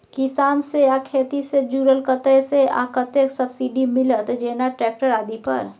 किसान से आ खेती से जुरल कतय से आ कतेक सबसिडी मिलत, जेना ट्रैक्टर आदि पर?